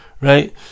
right